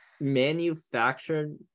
Manufactured